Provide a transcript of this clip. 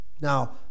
Now